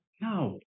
no